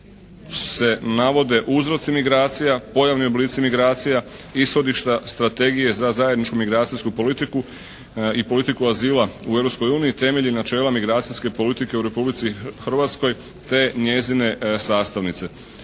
se navode uzroci migracija, pojavni oblici migracija, ishodišta strategije za zajedničku migracijsku politiku i politiku azila u Europskoj uniji, temelji načela migracijske politike u Republici Hrvatskoj te njezine sastavnice.